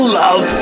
love